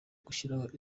gushyiraho